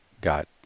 got